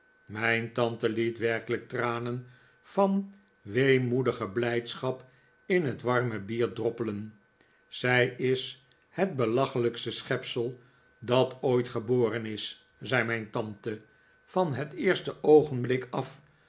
mijn tante liet werkelijk tranen van weemoedige blijdschap in het warme bier droppelen zij is het belachelijkste schepsel dat ooit geboren is zei mijn tante van het eerste oogenblik af